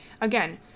Again